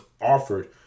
offered